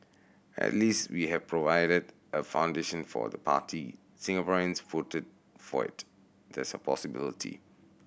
at least we have provided a foundation for the party Singaporeans voted for it there's a possibility